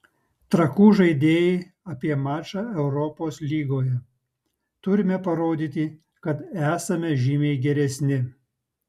trakų žaidėjai apie mačą europos lygoje turime parodyti kad esame žymiai geresni